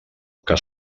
que